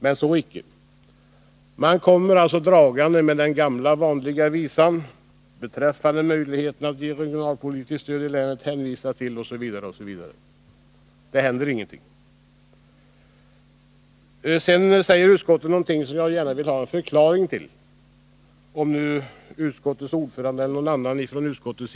Men så icke. Man kommer dragande med den gamla vanliga visan: ” Beträffande möjligheten att ge regionalpolitiskt stöd i länet hänvisas till att utskottet tidigare uttalat att det kan finnas skäl för samhället att stödja projekt som kan ge varaktig sysselsättning i vissa kommuner, nämligen Gullspång, Karlsborg och Falköping.” Det händer ingenting.